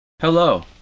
Hello